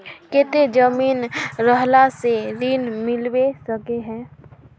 केते जमीन रहला से ऋण मिलबे सके है?